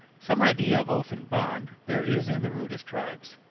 some idea of oath and bond there is in the rudest tribes,